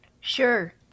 Sure